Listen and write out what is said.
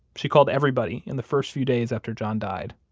she called everybody in the first few days after john died.